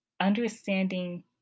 understanding